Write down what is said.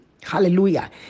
hallelujah